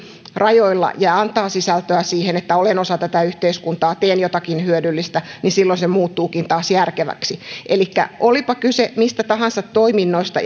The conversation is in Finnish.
rajoilla ja antaa sisältöä siihen että olen osa tätä yhteiskuntaa teen jotakin hyödyllistä niin se muuttuukin taas järkeväksi elikkä olipa kyse mistä tahansa toiminnoista